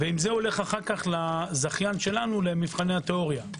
עם זה הולך לזכיין שלנו למבחני התיאוריה.